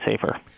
safer